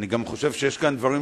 כבוד היושב-ראש,